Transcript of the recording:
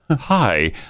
Hi